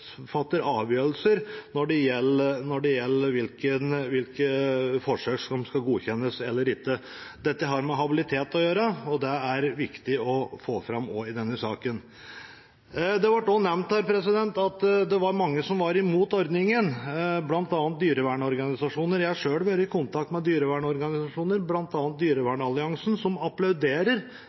fatter avgjørelser når det gjelder hvilke forsøk som skal godkjennes eller ikke. Dette har med habilitet å gjøre, og det er det også viktig å få fram i denne saken. Det ble også nevnt her at det var mange som var imot ordningen, bl.a. dyrevernorganisasjoner. Jeg har selv vært i kontakt med dyrevernorganisasjoner, bl.a. Dyrevernalliansen, som applauderer